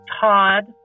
Todd